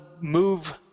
move